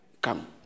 come